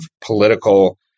political